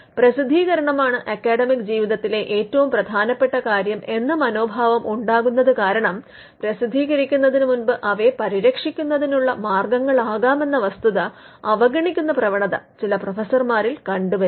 പ്രസിദ്ധീകരണമാണ് academic ജീവിതത്തിലെ ഏറ്റവും പ്രധാനപ്പെട്ട കാര്യം എന്ന മനോഭാവം ഉണ്ടാകുന്നത് കാരണം പ്രസിദ്ധീകരിക്കുന്നതിന് മുമ്പ് അവയെ പരിരക്ഷിക്കുന്നതിനുള്ള മാർഗങ്ങളാകാമെന്ന വസ്തുത അവഗണിക്കുന്ന പ്രവണത ചില പ്രൊഫസർമാരിൽ കണ്ടുവരുന്നു